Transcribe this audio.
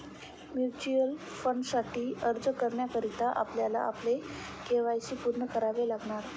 mutual फंडासाठी अर्ज करण्याकरता आपल्याला आपले के.वाय.सी पूर्ण करावे लागणार